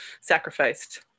Sacrificed